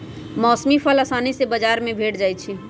मौसमी फल असानी से बजार में भेंट जाइ छइ